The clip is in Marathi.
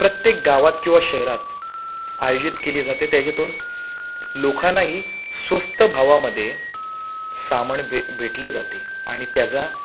प्रत्येक गावात किंवा शहरात आयोजित केली जाते त्याच्यातून लोकांनाही स्वस्त भावामध्ये सामान भे भेटले जाते आणि त्याचा